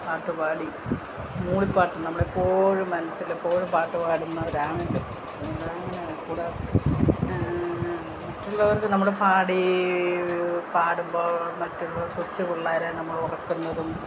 പാട്ട് പാടി മൂളിപ്പാട്ട് നമ്മളെപ്പോഴും മനസിൽ എപ്പോഴും പാട്ട് പാടുന്നവരാണല്ലോ കൂട മറ്റുള്ളവർക്ക് നമ്മൾ പാടീ പാടുമ്പോൾ മറ്റുള്ളവർ കൊച്ചുപിള്ളേരെ നമ്മളെ ഉറക്കുന്നതും